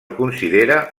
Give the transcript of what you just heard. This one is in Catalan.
considera